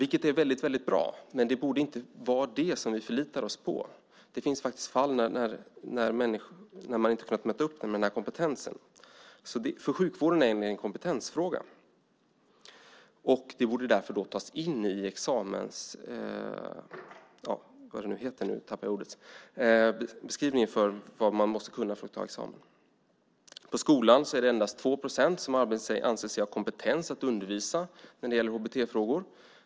Det är väldigt bra, men det borde inte vara det som vi förlitar oss på. Det finns fall där man inte har kunnat möta upp med denna kompetens. För sjukvården är det en kompetensfråga, och det borde därför tas in i beskrivningen av vad man måste kunna för att ta examen. I skolan är det endast 2 procent som anser sig ha kompetens att undervisa om HBT-frågor.